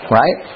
right